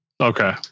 Okay